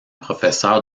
professeure